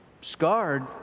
scarred